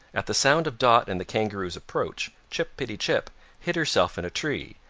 at the sound of dot and the kangaroo's approach chip-pi-ti-chip hid herself in a tree,